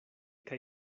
kaj